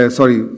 sorry